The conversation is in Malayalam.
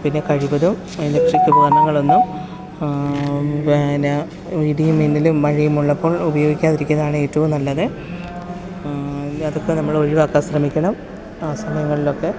പിന്നെ കഴിവതും എലക്ട്രിക് ഉപകരണങ്ങളൊന്നും പിന്നെ ഇടിയും മിന്നലും മഴയുമുള്ളപ്പോൾ ഉപയോഗിക്കാതിരിക്കുന്നതാണ് ഏറ്റവും നല്ലത് ഇല്ല അതൊക്കെ നമ്മൾ ഒഴിവാക്കാൻ ശ്രമിക്കണം ആ സമയങ്ങളിലൊക്കെ